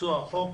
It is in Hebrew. לביצוע החוק,